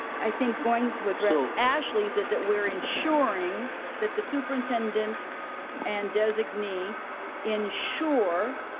i think going to address ashley's, is that we're ensuring that the superintendent and designee ensure